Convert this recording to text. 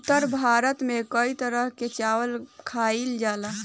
उत्तर भारत में कई तरह के चावल खाईल जाला